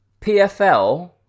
PFL